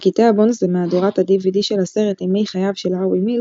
בקטעי הבונוס במהדורת ה-DVD של הסרט "ימי חייו של הרווי מילק",